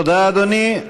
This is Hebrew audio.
תודה, אדוני.